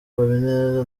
habineza